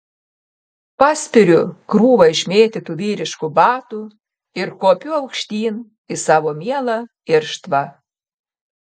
paspiriu krūvą išmėtytų vyriškų batų ir kopiu aukštyn į savo mielą irštvą